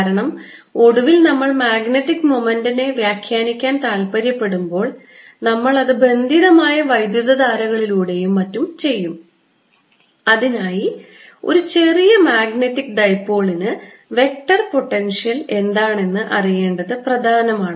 കാരണം ഒടുവിൽ നമ്മൾ മാഗ്നറ്റിക് മൊമെന്റ്നെ വ്യാഖ്യാനിക്കാൻ താൽപ്പര്യപ്പെടുമ്പോൾ നമ്മൾ അത് ബന്ധിതമായ വൈദ്യുതധാരകളിലൂടെയും മറ്റും ചെയ്യും അതിനായി ഒരു ചെറിയ മാഗ്നറ്റിക് ഡൈപോളിന് വെക്റ്റർ പൊട്ടൻഷ്യൽ എന്താണെന്ന് അറിയേണ്ടത് പ്രധാനമാണ്